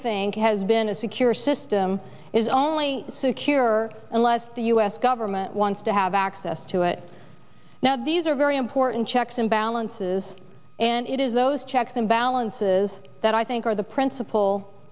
think has been a secure system is only secure unless the u s government wants to have access to it now these are very important checks and balances and it is those checks and balances that i think are the principle